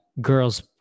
Girls